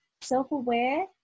Self-aware